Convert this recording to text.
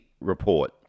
report